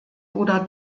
oder